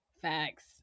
Facts